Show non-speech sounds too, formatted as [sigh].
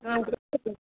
ஆ [unintelligible]